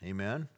Amen